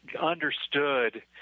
understood